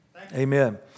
Amen